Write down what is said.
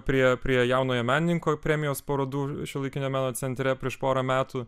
prie prie jaunojo menininko premijos parodų šiuolaikinio meno centre prieš porą metų